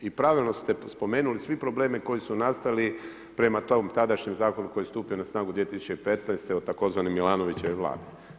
I pravilno ste spomenuli, svi problemi koji su nastali prema tom tadašnjem Zakonu koji je stupio na snagu 2015. u tzv. Milanovićevoj vladi.